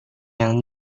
yang